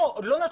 לא.